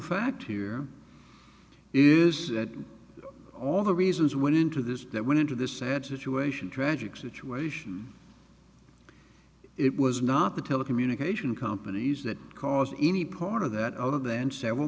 fact here is that all the reasons went into this that went into this sad situation tragic situation it was not the telecommunication companies that caused any part of that other than several